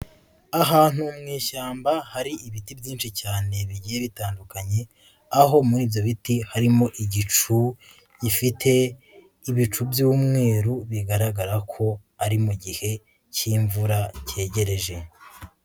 Ahantu mu ishyamba hari ibiti byinshi cyane bigiye bitandukanye, aho muri ibyo biti harimo igicu gifite ibicu by'umweru bigaragara ko ari mu gihe k'imvura kegereje.